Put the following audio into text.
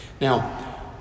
Now